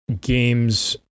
games